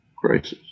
crisis